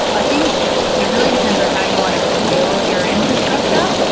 i think it really depends on how you want to build your infrastructure,